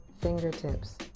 fingertips